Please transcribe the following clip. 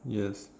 yes